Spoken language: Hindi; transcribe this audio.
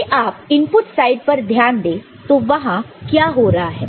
यदि आप इनपुट साइड पर ध्यान दें तो वहां क्या हो रहा है